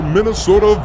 Minnesota